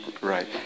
Right